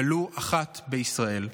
ולו אחת בישראל.